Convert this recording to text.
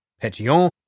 Petion